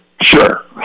sure